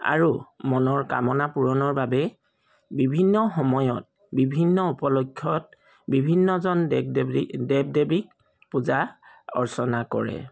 আৰু মনৰ কামনা পূৰণৰ বাবে বিভিন্ন সময়ত বিভিন্ন উপলক্ষ্যত বিভিন্নজন দেৱ দেৱলিক দেৱ দেৱীক পূজা অৰ্চনা কৰে